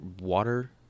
water